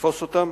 לתפוס אותם?